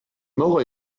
mort